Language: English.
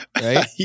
Right